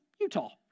Utah